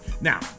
Now